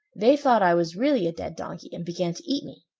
they thought i was really a dead donkey and began to eat me.